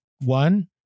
one